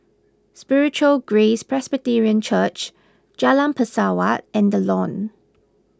Spiritual Grace Presbyterian Church Jalan Pesawat and the Lawn